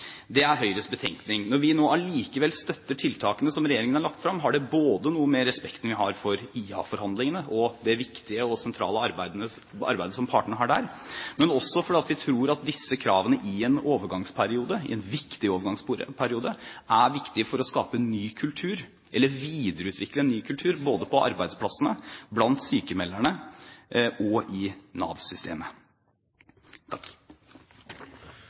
Det er Høyres betenkning. Når vi nå allikevel støtter tiltakene som regjeringen har lagt fram, har det noe med respekten vi har for IA-forhandlingene og det viktige og sentrale arbeidet som partene har der, men også fordi vi tror at disse kravene i en viktig overgangsperiode er viktige for å skape en ny kultur eller videreutvikle en ny kultur både på arbeidsplassene, blant sykmelderne og i